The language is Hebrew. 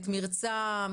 את מרצם,